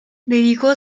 dedicó